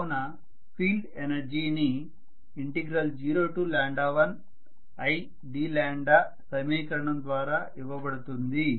కావున ఫీల్డ్ ఎనర్జీని 01id సమీకరణం ద్వారా ఇవ్వబడుతుంది